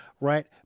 right